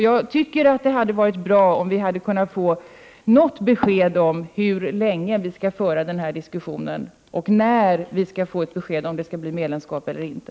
Det hade varit bra om vi hade kunnat få ett besked om hur länge vi skall föra den här diskussionen och när vi skall få veta om det skall bli ett medlemskap eller inte.